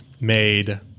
made